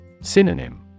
Synonym